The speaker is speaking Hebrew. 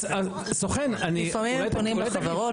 לפעמים הם פונים לחברות,